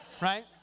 Right